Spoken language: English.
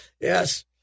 Yes